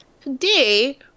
today